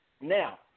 Now